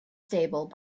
stable